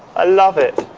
i love it!